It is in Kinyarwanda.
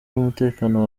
z’umutekano